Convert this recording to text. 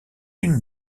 une